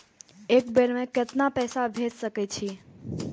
एक बेर में केतना पैसा भेज सके छी?